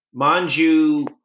Manju